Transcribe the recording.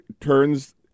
turns